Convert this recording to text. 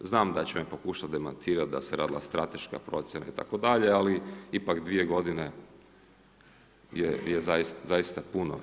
Znam da će me pokušati demantirati da se radila strateška procjena itd., ali ipak dvije godine je zaista puno.